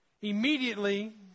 Immediately